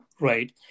Right